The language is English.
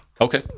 Okay